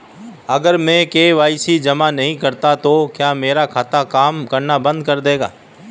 अगर मैं के.वाई.सी जमा नहीं करता तो क्या मेरा खाता काम करना बंद कर देगा?